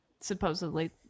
supposedly